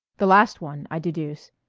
the last one, i deduce.